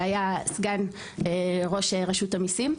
שהיה סגן ראש רשות המיסים,